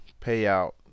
payout